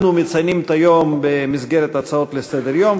אנחנו מציינים את היום במסגרת הצעות לסדר-היום,